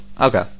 Okay